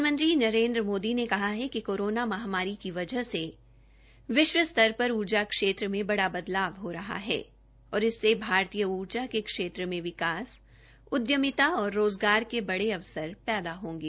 प्रधाानमंत्री नरेन्द्र मोदी ने कहा है कि कोरोना महामारी की वजह से विश्व स्तर पर ऊर्जा क्षेत्र में बड़ा बदलाव हो रहा है और इससे भारतीय ऊर्जा के क्षेत्र में विकास उद्यमिता और रोजगार के बड़े अवसर पैदा होंगे